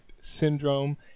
syndrome